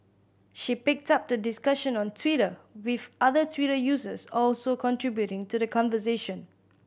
she picked up the discussion on Twitter with other Twitter users also contributing to the conversation